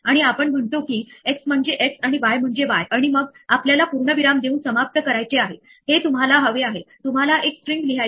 तर dictionary keys च्या सहाय्याने व्हॅल्यू जोडते इथे आपल्याजवळ दोन किजआहेत धवन आणि कोहली आणि प्रत्येक कि जी एक नाव आहे आपल्याजवळ एक स्कोरस ची लिस्ट आहे